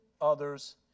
others